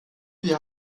wir